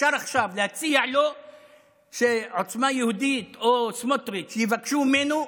אפשר עכשיו להציע לו שעוצמה יהודית או סמוטריץ' יבקשו ממנו.